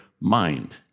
mind